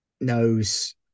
knows